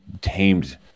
tamed